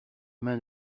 mains